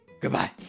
Goodbye